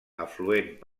afluent